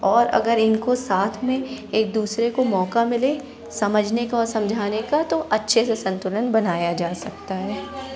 और अगर इनको साथ में एक दूसरे को मौक़ा मिले समझने और समझाने का तो अच्छे से संतुलन बनाया जा सकता है